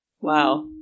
wow